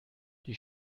die